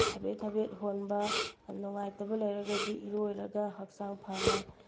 ꯊꯕꯦꯠ ꯊꯕꯦꯠ ꯍꯣꯟꯕ ꯅꯨꯡꯉꯥꯏꯇꯕ ꯂꯩꯔꯒꯗꯤ ꯏꯔꯣꯏꯔꯒ ꯍꯛꯆꯥꯡ ꯐꯅ